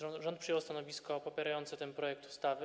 Rząd przyjął stanowisko popierające ten projekt ustawy.